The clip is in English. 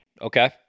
Okay